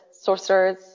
sorcerers